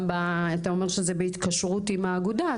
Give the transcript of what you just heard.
אתה אומר שזה בהתקשרות עם האגודה,